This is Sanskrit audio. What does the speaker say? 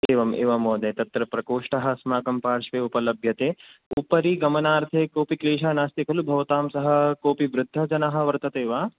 एवमेवं महोदय तत्र प्रकोष्टः अस्माकं पार्श्वे उपलभ्यते उपरि गमनार्थे कोऽपि क्लेशः नास्ति खलु भवतां सह कोऽपि वृद्धजनः वर्तते वा